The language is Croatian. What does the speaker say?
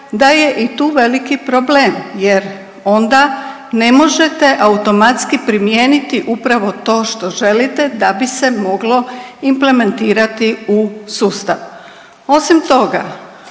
da je i tu veliki problem jer onda ne možete automatski primijeniti upravo to što želite da bi se moglo implementirati u sustav. Osim toga